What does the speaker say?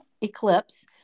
eclipse